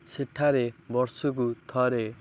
ସେଠାରେ ବର୍ଷକୁ ଥରେ